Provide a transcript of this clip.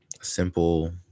simple